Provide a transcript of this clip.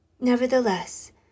Nevertheless